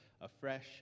afresh